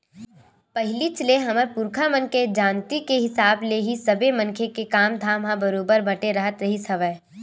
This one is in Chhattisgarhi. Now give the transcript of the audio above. पहिलीच ले हमर पुरखा मन के जानती के हिसाब ले ही सबे मनखे के काम धाम ह बरोबर बटे राहत रिहिस हवय